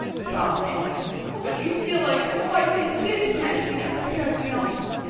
sobbed anne. what would you feel like if a white thing did snatch me up and carry me off?